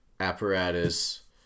apparatus